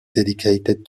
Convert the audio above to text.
dedicated